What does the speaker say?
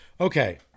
Okay